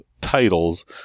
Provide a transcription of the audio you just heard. titles